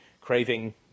craving